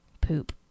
poop